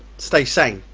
stay sane,